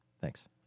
Thanks